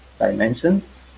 dimensions